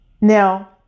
Now